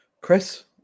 Chris